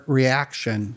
reaction